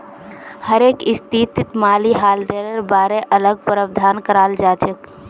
हरेक स्थितित माली हालतेर बारे अलग प्रावधान कराल जाछेक